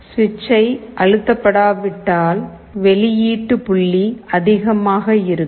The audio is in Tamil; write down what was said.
சுவிட்ச்சை அழுத்தப்படாவிட்டால் வெளியீட்டு புள்ளி அதிகமாக இருக்கும்